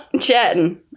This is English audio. chatting